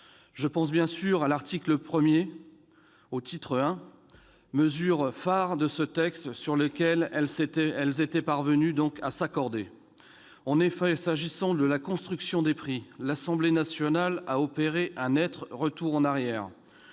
je pense bien sûr à l'article 1, mesure phare de ce texte sur laquelle elles étaient parvenues à s'accorder. En effet, s'agissant de la construction des prix, l'Assemblée nationale a opéré un net retour en arrière,